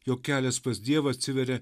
jog kelias pas dievą atsiveria